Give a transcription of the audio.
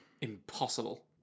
Impossible